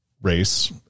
race